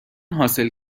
حاصل